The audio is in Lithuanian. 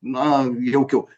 na jaukiau